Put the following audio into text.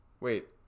Wait